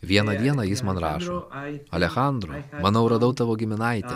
vieną dieną jis man rašo alechandro manau radau tavo giminaitę